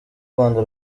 rwanda